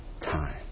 time